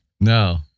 No